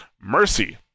Mercy